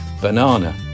Banana